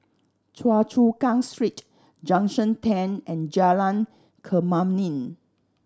Choa Chu Kang Street Junction Ten and Jalan Kemuning